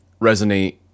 resonate